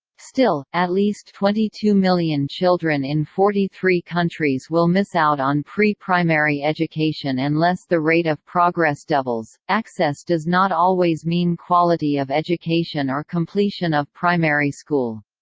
still, at least twenty two million children in forty three countries will miss out on pre-primary education unless the rate of progress doubles access does not always mean quality of education or completion of primary school.